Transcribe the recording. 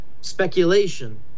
speculation